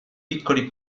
piccoli